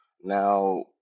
Now